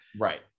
Right